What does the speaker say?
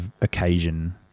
occasion